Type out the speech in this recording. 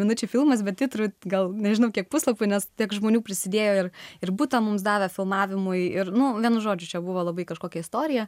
minučių filmas bet titrų gal nežinau kiek puslapių nes tiek žmonių prisidėjo ir ir butą mums davė filmavimui ir nu vienu žodžiu čia buvo labai kažkokia istorija